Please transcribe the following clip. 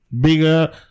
bigger